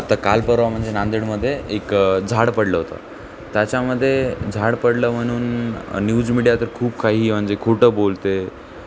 आता कालपरवा म्हणजे नांदेडमध्ये एक झाड पडलं होतं त्याच्यामध्ये झाड पडलं म्हणून न्यूज मीडिया तर खूप काही म्हणजे खोटं बोलते